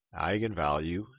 eigenvalue